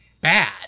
bad